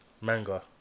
manga